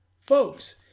Folks